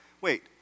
wait